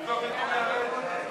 מפעלי משרד ראש